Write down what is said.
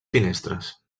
finestres